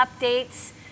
updates